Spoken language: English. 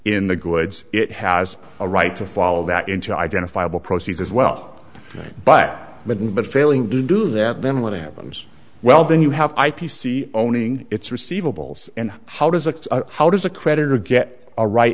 in the goods it has a right to follow that into identifiable proceeds as well but wouldn't but failing to do that then what happens well then you have i p c owning its receivables and how does a how does a creditor get a write